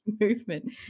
movement